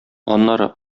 аннары